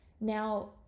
now